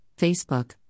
Facebook